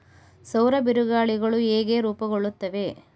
ಸೌರ ಬಿರುಗಾಳಿಗಳು ಹೇಗೆ ರೂಪುಗೊಳ್ಳುತ್ತವೆ?